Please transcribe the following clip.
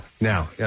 Now